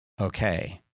okay